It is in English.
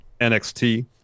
NXT